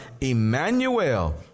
emmanuel